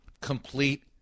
complete